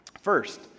First